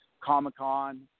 Comic-Con